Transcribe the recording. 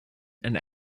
and